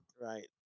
right